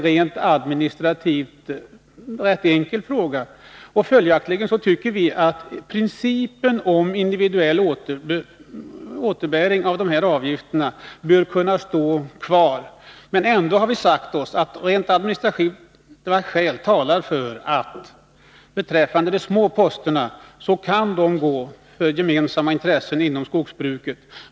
Rent administrativt är detta en rätt enkel åtgärd, och följaktligen tycker vi att principen om individuell återbäring bör kunna stå kvar. Men vi har sagt att administrativa skäl ändå talar för att de små posterna bör kunna återbetalas så att de går till gemensamma intressen inom skogsbruket.